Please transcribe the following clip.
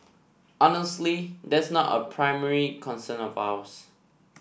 honestly that's not a primary concern of ours